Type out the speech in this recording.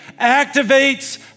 activates